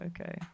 Okay